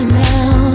now